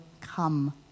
come